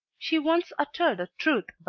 she once uttered a truth